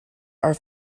are